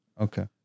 Okay